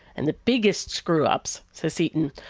and the biggest screw-ups says seaton,